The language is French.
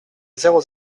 zéro